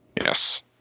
yes